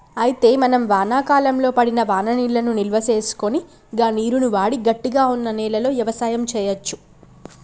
అయితే మనం వానాకాలంలో పడిన వాననీళ్లను నిల్వసేసుకొని గా నీరును వాడి గట్టిగా వున్న నేలలో యవసాయం సేయచ్చు